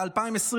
ב-2021: